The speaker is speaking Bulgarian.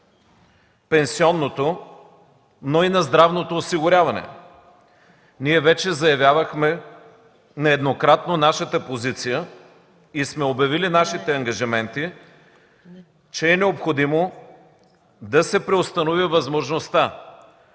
пенсионното, но и на здравното осигуряване. Ние вече заявявахме нееднократно нашата позиция и сме обявили нашите ангажименти, че е необходимо да се преустанови възможността